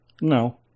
No